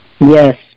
Yes